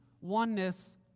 oneness